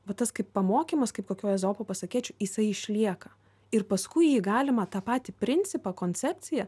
va tas kaip pamokymas kaip kokioj ezopo pasakėčioj jisai išlieka ir paskui jį galima tą patį principą koncepciją